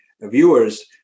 viewers